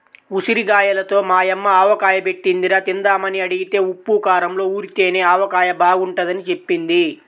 ఉసిరిగాయలతో మా యమ్మ ఆవకాయ బెట్టిందిరా, తిందామని అడిగితే ఉప్పూ కారంలో ఊరితేనే ఆవకాయ బాగుంటదని జెప్పింది